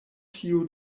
tio